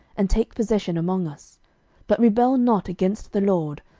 and take possession among us but rebel not against the lord,